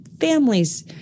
families